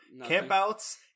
campouts